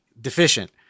deficient